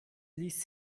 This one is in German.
ließ